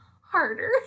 harder